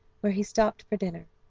where he stopped for dinner.